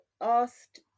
asked